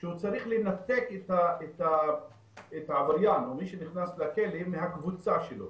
שהוא צריך לנתק את העבריין או מי שנכנס לכלא מהקבוצה שלו.